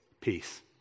peace